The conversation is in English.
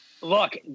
look